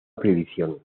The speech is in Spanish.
prohibición